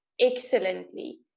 excellently